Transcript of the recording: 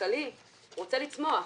כלכלי רוצה לצמוח.